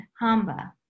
hamba